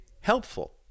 helpful